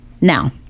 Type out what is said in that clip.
Now